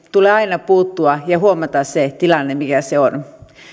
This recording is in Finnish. tulee aina puuttua ja huomata mikä se tilanne on